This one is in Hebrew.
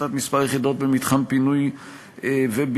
הפחתת מספר היחידות במתחם פינוי ובינוי),